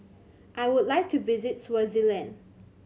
I would like to visit Swaziland